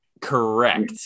Correct